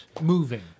moving